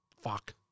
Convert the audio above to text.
fuck